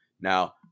Now